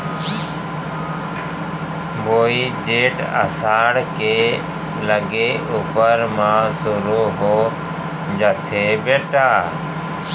वोइ जेठ असाढ़ के लगे ऊपर म सुरू हो जाथे बेटा